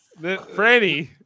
franny